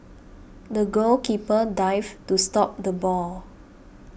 the goalkeeper dived to stop the ball